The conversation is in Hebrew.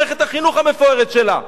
מערכת החינוך המפוארת שלה.